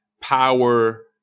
power